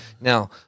Now